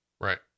right